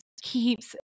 keeps